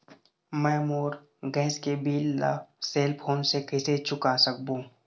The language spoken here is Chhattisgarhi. मैं मोर गैस के बिल ला सेल फोन से कइसे चुका सकबो?